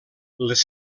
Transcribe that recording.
les